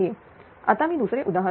आता मी दुसरे उदाहरण घेतो